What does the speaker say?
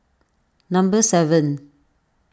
number seven